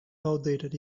outdated